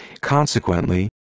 Consequently